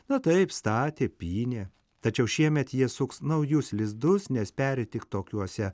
na taip statė pynė tačiau šiemet jie suks naujus lizdus nes peri tik tokiuose